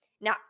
now